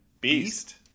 Beast